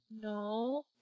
No